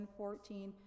14